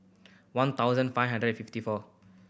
one thousand five hundred and fifty four